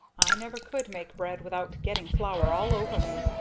i never could make bread without getting flour all over me.